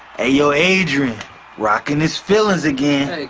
adrian rocking his feelings again.